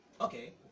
okay